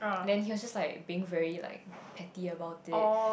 then he was just like being very like petty about it